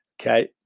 Okay